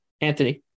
Anthony